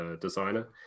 designer